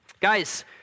Guys